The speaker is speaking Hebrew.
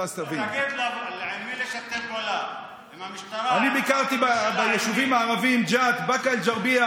ונעדר בשל כך משיעורים בקורס,